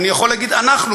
אני יכול להגיד "אנחנו",